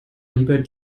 lieber